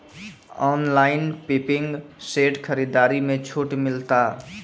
Online pumping set खरीदारी मे छूट मिलता?